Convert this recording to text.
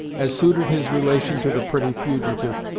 as suited his relation to the pretty fugitive,